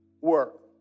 work